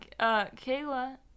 Kayla